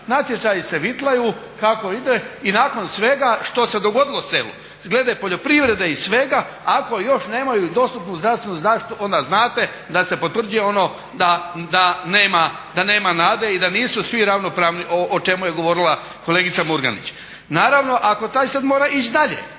natječaji se vitlaju kako ide i nakon svega što se dogodilo selu glede poljoprivrede i svega, ako još nemaju i dostupnu zdravstvenu zaštitu onda znate da se potvrđuje ono da nema nade i da nisu svi ravnopravni o čemu je govorila kolegica Murganić. Naravno ako taj sad mora ić dalje,